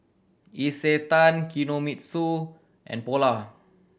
Isetan Kinohimitsu and Polar